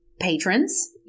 patrons